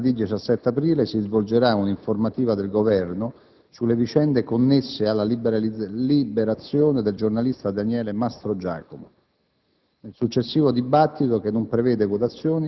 Nella seduta pomeridiana di martedì 17 aprile si svolgerà un'informativa del Governo sulle vicende connesse alla liberazione del giornalista Daniele Mastrogiacomo.